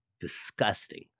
disgusting